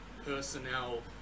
personnel